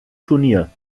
turnier